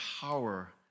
power